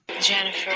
Jennifer